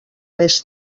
més